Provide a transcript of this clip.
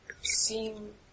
seem